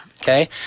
Okay